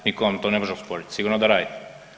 Nitko vam to ne može osporiti, sigurno da radite.